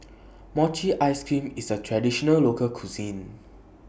Mochi Ice Cream IS A Traditional Local Cuisine